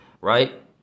Right